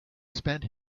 spent